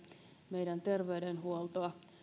meidän terveydenhuoltoamme